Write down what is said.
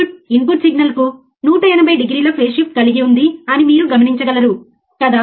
function జెనరేటర్కు ఇది function generator మీరు ఇక్కడ చూడవచ్చు